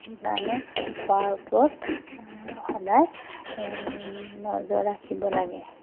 সেইকাৰণে খোৱাৰ ওপৰত সদায় নজৰ ৰাখিব লাগে